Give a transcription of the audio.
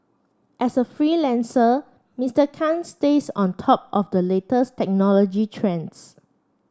as a freelancer Mister Khan stays on top of the latest technology trends